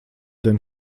denn